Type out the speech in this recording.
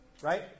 right